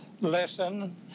lesson